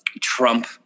Trump